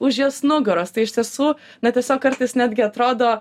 už jos nugaros tai iš tiesų na tiesiog kartais netgi atrodo